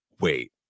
wait